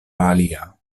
alia